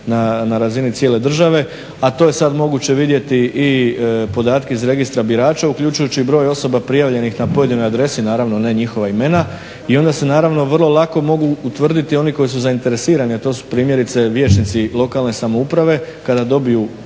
na razini cijele države, a to je sada moguće vidjeti i podatke iz registra birača, uključujući broj osoba prijavljenih na pojedinoj adresi, naravno, ne njihova imena i onda se naravno vrlo lako mogu utvrditi oni koji su zainteresirani, a to su primjerice vijećnici lokalne samouprave kada dobiju